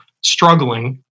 struggling